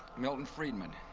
milton friedman.